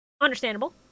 understandable